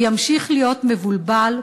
הוא ימשיך להיות מבולבל,